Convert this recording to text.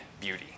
beauty